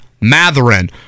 Matherin